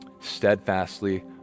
steadfastly